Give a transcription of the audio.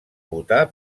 votar